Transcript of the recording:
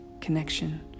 connection